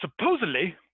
supposedly